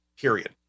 Period